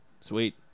Sweet